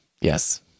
yes